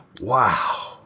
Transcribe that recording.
wow